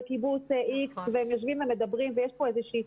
בקיבוץ איקס והם יושבים ומדברים ויש כאן איזושהי,